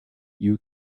you